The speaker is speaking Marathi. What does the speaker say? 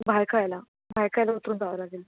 भायखळ्याला भायखळ्याला उतरून जावं लागेल